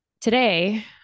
today